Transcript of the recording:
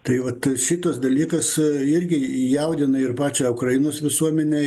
tai vat šitas dalykas irgi jaudina ir pačią ukrainos visuomenę